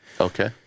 Okay